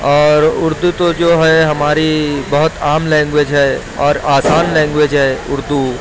اور اردو تو جو ہے ہماری بہت عام لینگویج ہے اور آسان لینگویج ہے اردو